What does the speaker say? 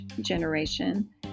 generation